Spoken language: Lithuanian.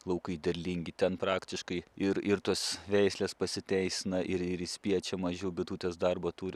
laukai derlingi ten praktiškai ir ir tos veislės pasiteisina ir ir išspiečia mažiau bitutės darbo turi